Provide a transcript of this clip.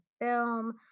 film